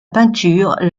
peinture